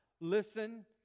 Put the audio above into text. listen